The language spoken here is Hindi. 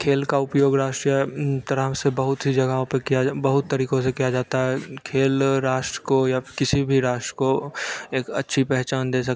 खेल का उपयोग राष्ट्रीय तरह से बहुत ही जगह उपयोग किया जाता बहुत तरीकों से किया जाता है खेल राष्ट्र को या किसी भी राष्ट्र को एक अच्छी पहचान दे सकता है